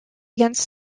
against